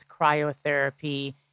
cryotherapy